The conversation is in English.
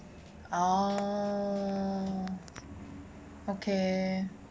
oh okay